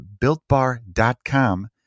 BuiltBar.com